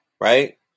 right